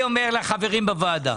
אומר לחברים בוועדה,